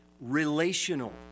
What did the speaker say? relational